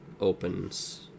opens